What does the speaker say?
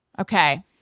Okay